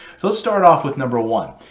so let's start off with number one,